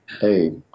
hey